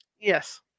yes